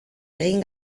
egin